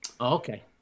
okay